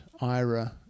Ira